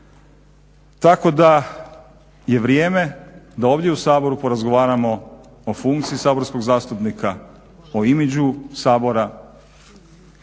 Tako da je vrijeme da ovdje u Saboru porazgovaramo o funkciji saborskog zastupnika, o imidžu Sabora i